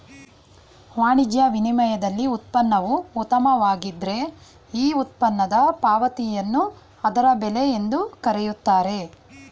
ವಾಣಿಜ್ಯ ವಿನಿಮಯದಲ್ಲಿ ಉತ್ಪನ್ನವು ಉತ್ತಮವಾಗಿದ್ದ್ರೆ ಈ ಉತ್ಪನ್ನದ ಪಾವತಿಯನ್ನು ಅದರ ಬೆಲೆ ಎಂದು ಕರೆಯುತ್ತಾರೆ